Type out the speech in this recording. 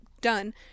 done